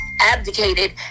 abdicated